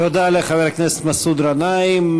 תודה לחבר הכנסת מסעוד גנאים.